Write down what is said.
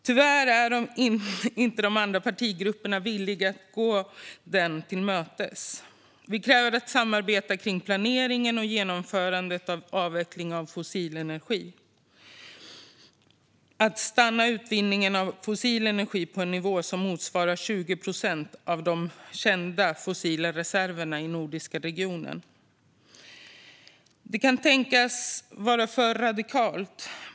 Tyvärr är inte de andra partigrupperna villiga att gå detta till mötes. Vi kräver ett samarbete kring planeringen och genomförandet av en avveckling av fossil energi och att stoppa utvinningen av fossil energi på en nivå som motsvarar 20 procent av de kända fossila reserverna i den nordiska regionen. Detta kan tänkas vara för radikalt.